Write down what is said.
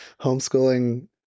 Homeschooling